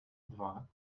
два